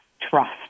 trust